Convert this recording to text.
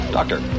Doctor